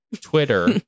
Twitter